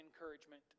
encouragement